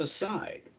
aside